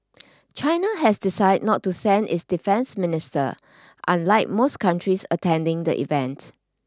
China has decided not to send its defence minister unlike most countries attending the event